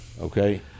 Okay